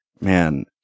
Man